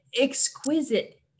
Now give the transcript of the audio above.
exquisite